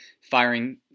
firing